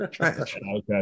Okay